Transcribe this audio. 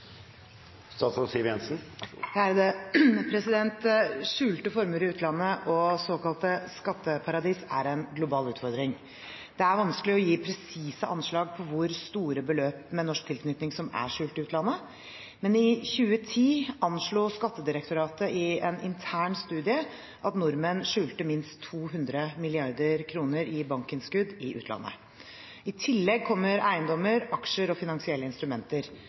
Skjulte formuer i utlandet og såkalte skatteparadis er en global utfordring. Det er vanskelig å gi presise anslag på hvor store beløp med norsk tilknytning som er skjult i utlandet. Men i 2010 anslo Skattedirektoratet i en intern studie at nordmenn skjulte minst 200 mrd. kr i bankinnskudd i utlandet. I tillegg kommer eiendommer, aksjer og finansielle instrumenter.